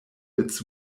its